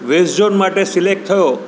વેસ zone માટે select થયો